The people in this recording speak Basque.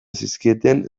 zizkieten